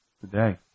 today